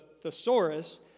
thesaurus